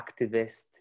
activist